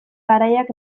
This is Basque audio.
garaiak